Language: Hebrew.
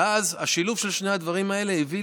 ואז השילוב של שני הדברים האלה הביא